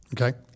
Okay